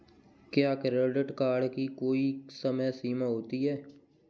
क्या credit card की कोई समय सीमा होती है?